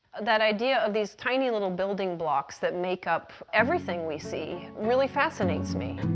that idea of these tiny little building blocks that make up everything we see really fascinates me.